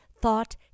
thought